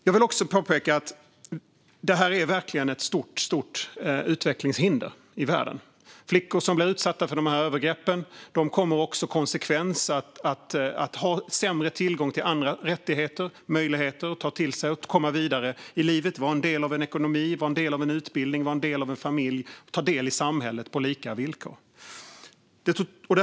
Jag vill också påpeka att detta verkligen är ett stort utvecklingshinder i världen. För flickor som blir utsatta för de här övergreppen kommer konsekvenserna att bli sämre möjligheter att ta del av rättigheter, komma vidare i livet, vara en del av en ekonomi, vara en del av en utbildning, vara en del av en familj och ta del i samhället på lika villkor.